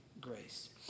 grace